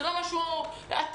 זה לא משהו עתיק,